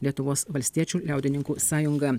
lietuvos valstiečių liaudininkų sąjunga